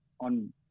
on